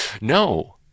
No